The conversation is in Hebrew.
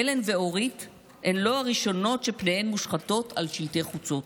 הלן ואורית הן לא הראשונות שפניהן מושחתות על שלטי חוצות,